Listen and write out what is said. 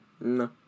No